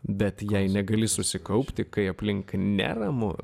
bet jei negali susikaupti kai aplink neramu